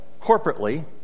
corporately